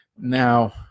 Now